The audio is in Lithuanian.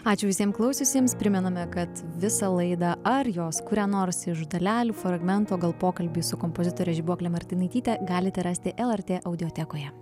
ačiū visiem klausiusiems primename kad visą laidą ar jos kuria nors iš dalelių fragmento gal pokalbį su kompozitore žibuokle martinaityte galite rasti lrt audiotekoje